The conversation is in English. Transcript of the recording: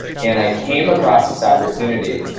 and i came across this opportunity.